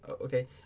Okay